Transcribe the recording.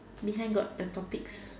behind got a topics